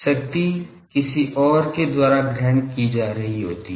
शक्ति किसी और के द्वारा ग्रहण की जा रही होती है